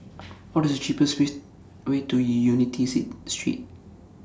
What IS The cheapest ways Way to E Unity Say Street